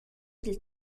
dil